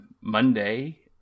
Monday